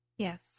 Yes